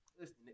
Listen